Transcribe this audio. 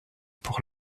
pour